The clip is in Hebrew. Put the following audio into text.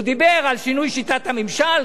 הוא דיבר על שינוי שיטת הממשל,